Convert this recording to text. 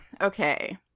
Okay